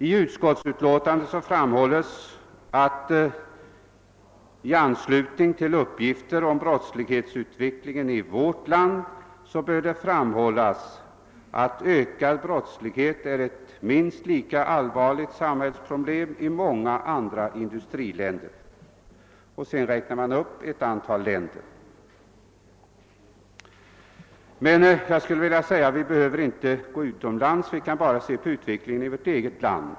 I utskottsutlåtandet heter det: >I anslutning till uppgifter om brottslighetsutvecklingen i vårt land bör dock framhållas att ökande brottslighet är ett minst lika allvarligt samhällsproblem i många andra industriländer.> Därefter räknar utskottet upp ett antal länder. Vi behöver emellertid inte hämta exempel utomlands; vi behöver bara se på utvecklingen i vårt eget land.